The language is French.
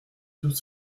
tout